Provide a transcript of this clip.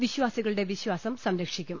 വിശ്വാ സികളുടെ വിശ്വാസം സംരക്ഷിക്കും